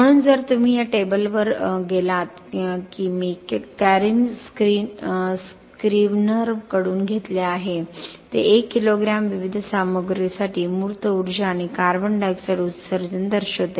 म्हणून जर तुम्ही या टेबलवर गेलात की मी कॅरेन स्क्रिव्हनरकडून घेतले आहे ते 1 किलोग्रॅम विविध सामग्रीसाठी मूर्त ऊर्जा आणि कार्बन डायऑक्साइड उत्सर्जन दर्शवते